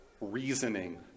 reasoning